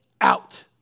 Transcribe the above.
out